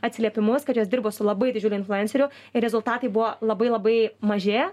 atsiliepimus kad jos dirba su labai didžiuliu influenceriu ir rezultatai buvo labai labai maži